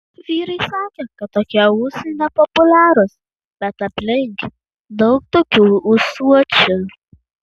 vyrai sakė kad tokie ūsai nepopuliarūs bet aplink daug tokių ūsuočių